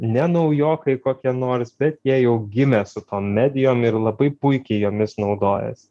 ne naujokai kokie nors bet jie jau gimė su tom medijom ir labai puikiai jomis naudojasi